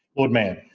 lord mayor